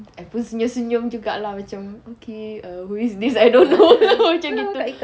I pun senyum-senyum juga lah macam okay err who is this I don't know macam itu